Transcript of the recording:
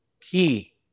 key